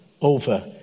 over